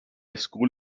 school